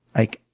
like,